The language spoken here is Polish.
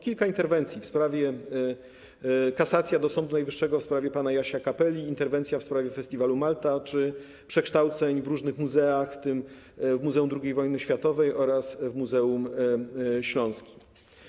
Kilka interwencji: kasacja do Sądu Najwyższego w sprawie pana Jasia Kapeli, interwencja w sprawie festiwalu Malta czy przekształceń w różnych muzeach, w tym w Muzeum II Wojny Światowej oraz w Muzeum Śląskim.